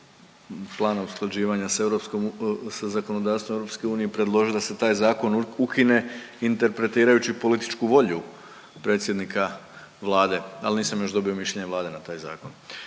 sa europskom, sa zakonodavstvom EU predložio da se taj zakon ukine interpretirajući političku volju predsjednika Vlade ali nisam još dobio mišljenje Vlade na taj zakon.